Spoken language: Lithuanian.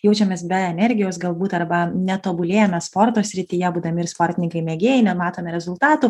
jaučiamės be energijos galbūt arba netobulėjame sporto srityje būdami ir sportininkai mėgėjai nematome rezultatų